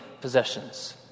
possessions